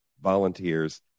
volunteers